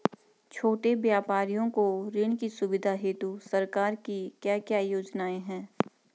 छोटे व्यापारियों को ऋण की सुविधा हेतु सरकार की क्या क्या योजनाएँ हैं?